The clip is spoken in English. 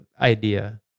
idea